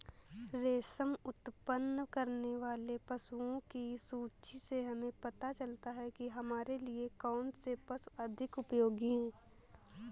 रेशम उत्पन्न करने वाले पशुओं की सूची से हमें पता चलता है कि हमारे लिए कौन से पशु अधिक उपयोगी हैं